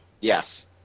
Yes